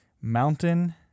mountain